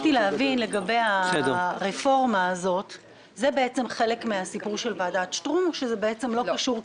לגבי הרפורמה הזו - האם זה חלק מהסיפור של ועדת שטרום או שזה לא קשור?